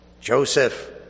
Joseph